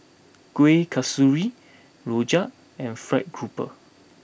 Kuih Kasturi Rojak and Fried Grouper